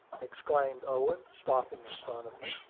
exclaimed owen, stopping in front of me.